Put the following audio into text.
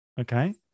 okay